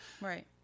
Right